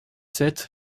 sept